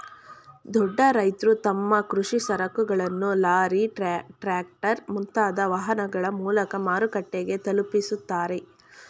ದೊಡ್ಡ ರೈತ್ರು ತಮ್ಮ ಕೃಷಿ ಸರಕುಗಳನ್ನು ಲಾರಿ, ಟ್ರ್ಯಾಕ್ಟರ್, ಮುಂತಾದ ವಾಹನಗಳ ಮೂಲಕ ಮಾರುಕಟ್ಟೆಗೆ ತಲುಪಿಸುತ್ತಾರೆ